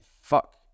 Fuck